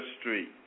Street